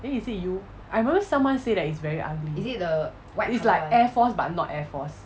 eh is it you I remember someone say that it's very ugly it's like air force but not air force